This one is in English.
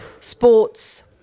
sports